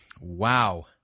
Wow